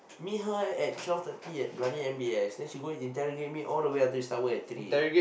meet her at twelve thirty at bloody M_B_S then she going interrogate me all the way until she start work at three leh